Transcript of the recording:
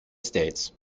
states